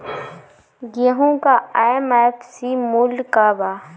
गेहू का एम.एफ.सी मूल्य का बा?